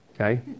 Okay